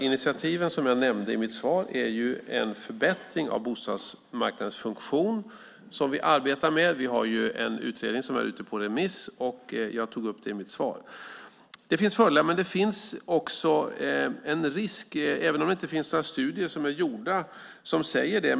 Initiativen jag nämnde i mitt svar är ju en förbättring av bostadsmarknadens funktion som vi arbetar med. En utredning är ute på remiss, vilket jag tog upp i mitt svar. Det finns fördelar, men det finns också en risk, även om det inte finns några studier som säger det.